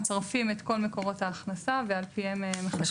מצרפים את כל מקורות ההכנסה ועל פיהם מחשבים את התגמול.